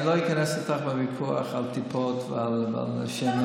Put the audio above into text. אני לא איכנס איתך לוויכוח על טיפות ועל שמן.